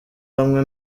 hamwe